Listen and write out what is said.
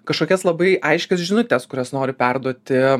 kažkokias labai aiškias žinutes kurias nori perduoti